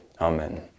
Amen